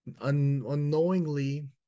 unknowingly